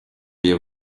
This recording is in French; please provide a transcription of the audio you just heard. les